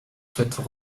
souhaitent